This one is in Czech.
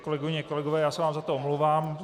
Kolegyně a kolegové, já se vám za to omlouvám.